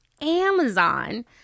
Amazon –